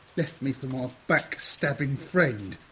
left me for my back-stabbing friend,